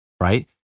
right